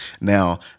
Now